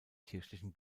kirchlichen